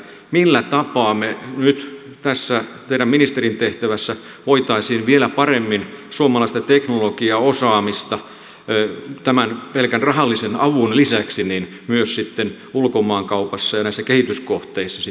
millä tapaa me nyt tässä teidän ministerin tehtävässänne voisimme vielä paremmin suomalaista teknologiaosaamista tämän pelkän rahallisen avun lisäksi myös sitten ulkomaankaupassa ja näissä kehityskohteissa hyödyntää